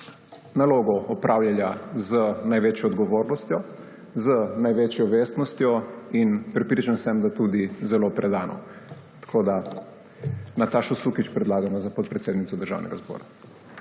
nalogo opravljala z največjo odgovornostjo, z največjo vestnostjo, in prepričan sem, da tudi zelo predano. Natašo Sukič predlagamo za podpredsednico Državnega zbora.